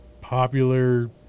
popular